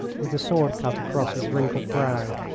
with the sword-cut across his wrinkled brow.